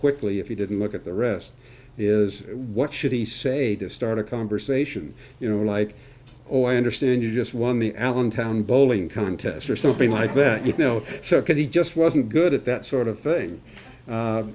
quickly if you didn't look at the rest is what should he say to start a conversation you know like oh i understand you just won the allentown bowling contest or something like that you know so could he just wasn't good at that sort of thing